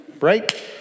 right